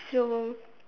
so